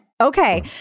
Okay